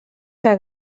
que